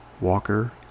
Walker